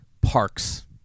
parks